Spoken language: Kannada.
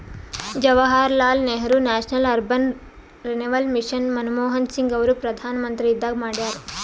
Jawaharlal Nehru national urban renewal mission Manmohan Singh ಅವರು ಪ್ರಧಾನ್ಮಂತ್ರಿ ಇದ್ದಾಗ ಮಾಡ್ಯಾರ್